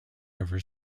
ever